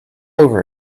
over